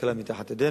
תקלה מתחת ידינו.